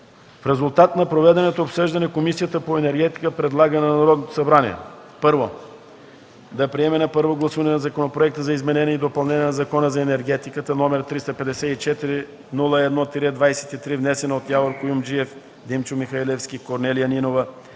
В резултат на проведеното обсъждане, Комисията по енергетика предлага на Народното събрание: 1. Да приеме на първо гласуване Законопроекта за изменение и допълнение на Закона за енергетиката, № 354-01-23, внесен от Явор Куюмджиев, Димчо Михалевски, Корнелия Нинова,